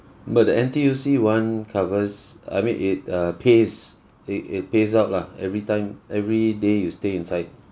but the N_T_U_C one covers uh I mean it uh pays it it pays out lah every time every day you stay inside